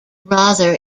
rather